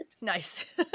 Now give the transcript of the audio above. Nice